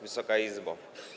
Wysoka Izbo!